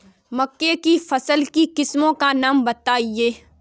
मक्का की फसल की किस्मों का नाम बताइये